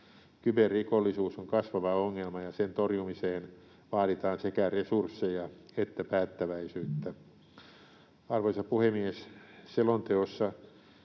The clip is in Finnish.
Kyberrikollisuus on kasvava ongelma, ja sen torjumiseen vaaditaan sekä resursseja että päättäväisyyttä. Arvoisa puhemies! Selonteossa